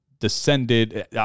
descended